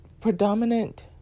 predominant